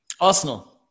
Arsenal